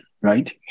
right